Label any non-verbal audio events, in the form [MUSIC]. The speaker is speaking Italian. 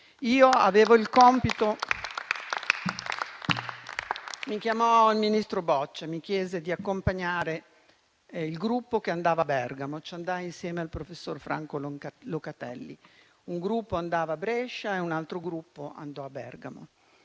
[APPLAUSE] Mi chiamò il ministro Boccia e mi chiese di accompagnare il gruppo che andava a Bergamo: ci andai insieme al professor Franco Locatelli. Un gruppo andava a Brescia e un altro gruppo andò a Bergamo.